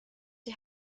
die